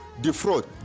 defraud